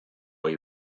ohi